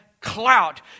clout